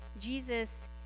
Jesus